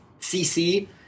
CC